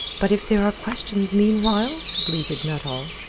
but if there are questions meanwhile? bleated nuttall.